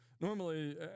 normally